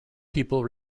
people